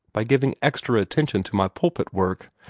by giving extra attention to my pulpit work.